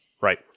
right